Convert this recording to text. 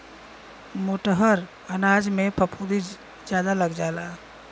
मोटहर अनाजन में फफूंदी जादा लग जाला